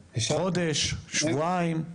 חודש, שבועיים?